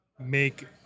make